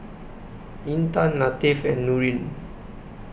Intan Latif and Nurin